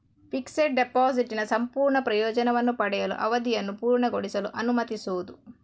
fixed ಡೆಪಾಸಿಟಿನ ಸಂಪೂರ್ಣ ಪ್ರಯೋಜನವನ್ನು ಪಡೆಯಲು, ಅವಧಿಯನ್ನು ಪೂರ್ಣಗೊಳಿಸಲು ಅನುಮತಿಸುವುದು